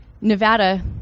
Nevada